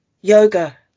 Yoga